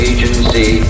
Agency